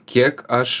kiek aš